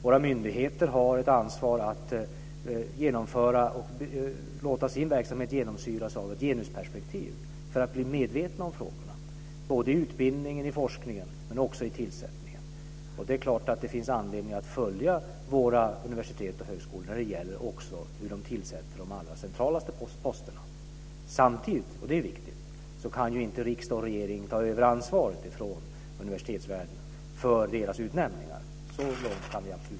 Våra myndigheter har ett ansvar för att låta sin verksamhet genomsyras av ett genusperspektiv för att bli medvetna om frågorna, både i utbildningen och i forskningen, men också vid tillsättningen. Det finns anledning att följa våra universitet och högskolor när de gäller hur de tillsätter de allra centralaste posterna. Samtidigt, och det är viktigt, kan inte riksdag och regering ta över ansvaret från universitetsvärlden för deras utnämningar. Så långt kan vi inte gå.